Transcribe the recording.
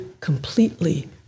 completely